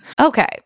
okay